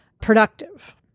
productive